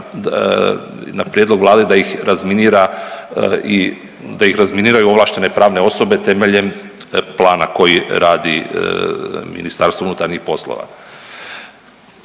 na prijedlog Vlade da ih razminira, da ih razminiraju ovlaštene pravne osobe temeljem plana koji radi MUP. **Sanader,